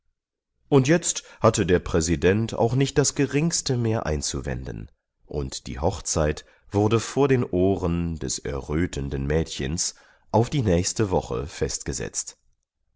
und jetzt hatte der präsident auch nicht das geringste mehr einzuwenden und die hochzeit wurde vor den ohren des errötenden mädchens auf die nächste woche festgesetzt